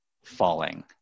falling